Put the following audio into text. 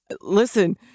Listen